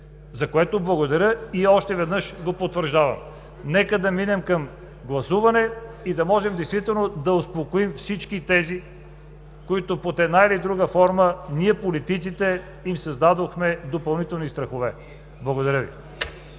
от народния представител Мустафа Карадайъ.) Нека да минем към гласуване и да можем действително да успокоим всички тези, на които под една или друга форма ние, политиците, им създадохме допълнителни страхове. Благодаря Ви.